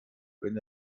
wenn